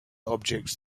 objects